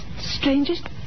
strangest